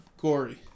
gory